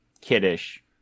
kiddish